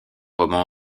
roman